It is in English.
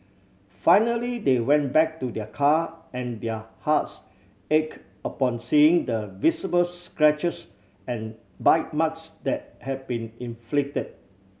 finally they went back to their car and their hearts ach upon seeing the visible scratches and bite marks that had been inflicted